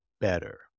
better